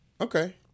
Okay